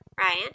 Ryan